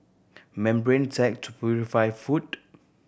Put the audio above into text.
membrane tech to purify food